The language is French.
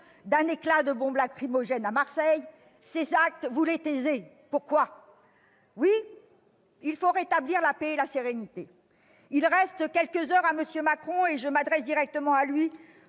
un éclat de bombe lacrymogène, à Marseille. Ces actes, vous les taisez : pourquoi ? Oui, il faut rétablir la paix et la sérénité. Il reste quelques heures à M. Macron, et je m'adresse directement à lui,